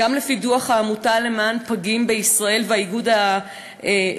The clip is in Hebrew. לפי דוח העמותה למען פגים בישראל והאיגוד הישראלי,